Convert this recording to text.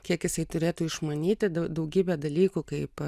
kiek jisai turėtų išmanyti daugybę dalykų kaip